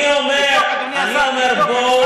אני אומר, בואו, תבדוק, אדוני השר.